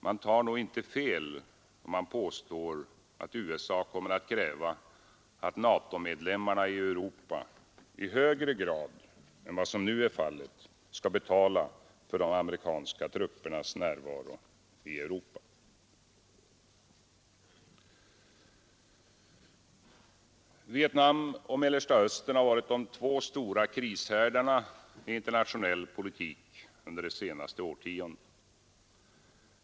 Man tar nog inte fel, om man påstår att USA kommer att kräva att Natomedlemmarna i Europa i högre grad än vad som nu är fallet skall betala för de amerikanska truppernas närvaro i Europa. Vietnam och Mellersta Östern har varit de två stora krishärdarna i internationell politik under de senaste årtiondena.